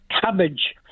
cabbage